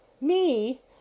Me